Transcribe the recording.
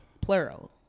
Plural